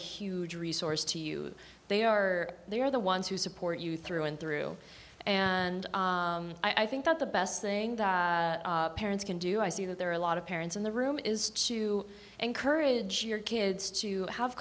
huge resource to you they are there the ones who support you through and through and i think that the best thing parents can do i see that there are a lot of parents in the room is to encourage your kids to have